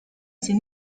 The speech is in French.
ses